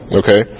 okay